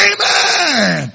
Amen